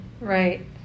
right